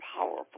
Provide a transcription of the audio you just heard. powerful